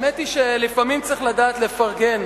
האמת היא שלפעמים צריך לדעת לפרגן.